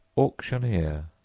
auctioneer,